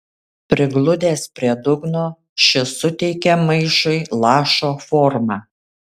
prigludęs prie dugno šis suteikė maišui lašo formą